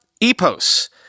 Epos